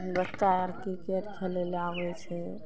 बच्चा आर क्रिकेट खेलय लए आबय छै